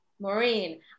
Maureen